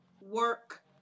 work